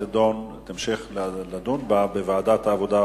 וימשיכו לדון בהן בוועדת העבודה,